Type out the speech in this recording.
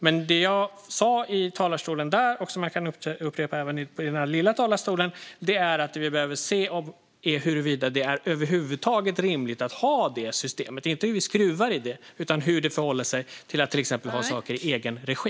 Men det jag sa i den andra talarstolen och som jag kan upprepa även i den här talarstolen är att vi behöver se huruvida det över huvud taget är rimligt att ha det systemet, inte hur vi ska skruva i det utan hur det förhåller sig till att exempelvis ha saker i egen regi.